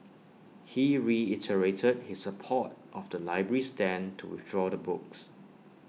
he reiterated his support of the library's stand to withdraw the books